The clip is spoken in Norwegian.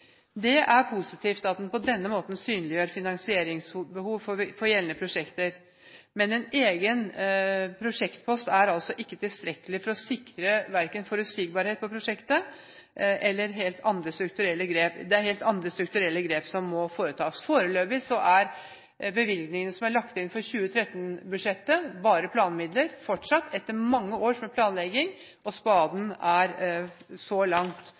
Det er positivt at en på denne måten synliggjør finansieringsbehov for gjeldende prosjekter. Men en egen prosjektpost er altså ikke tilstrekkelig for å sikre forutsigbarhet for prosjektet. Det er helt andre strukturelle grep som må foretas. Foreløpig er bevilgningene som er lagt inn for 2013-budsjettet, bare planmidler – fortsatt – etter mange år med planlegging, og spaden er så langt